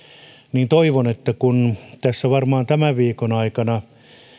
niin toivon että kun tässä varmaan tämän viikon aikana